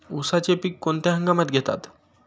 उसाचे पीक कोणत्या हंगामात घेतात?